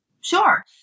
Sure